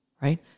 Right